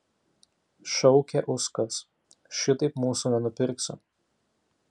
šaukė uskas šitaip mūsų nenupirksi